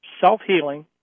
self-healing